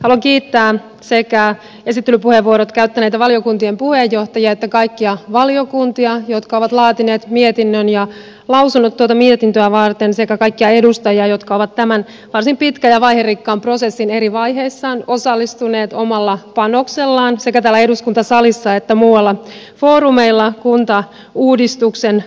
haluan kiittää sekä esittelypuheenvuorot käyttäneitä valiokuntien puheenjohtajia että kaikkia valiokuntia jotka ovat laatineet mietinnön ja lausunnot tuota mietintöä varten sekä kaikkia edustajia jotka ovat tämän varsin pitkän ja vaiherikkaan prosessin eri vaiheissa osallistuneet omalla panoksellaan sekä täällä eduskuntasalissa että muilla foorumeilla kuntauudistuksen rakentamiseen